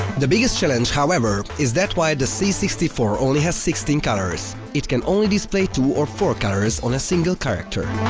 the biggest challenge, however, is that while the c six four only has sixteen colors, it can only display two or four colors on a single character.